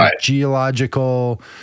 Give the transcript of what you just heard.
geological